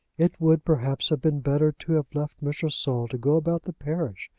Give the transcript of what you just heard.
it would, perhaps, have been better to have left mr. saul to go about the parish,